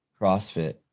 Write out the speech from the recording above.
CrossFit